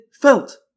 felt